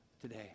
today